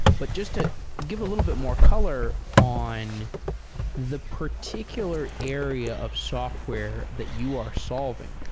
but just to give a little bit more color on the particular area of software that you are solving,